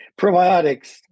Probiotics